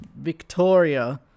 Victoria